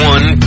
One